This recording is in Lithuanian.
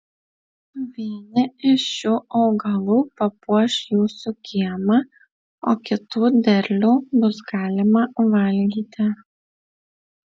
vieni iš šių augalų papuoš jūsų kiemą o kitų derlių bus galima valgyti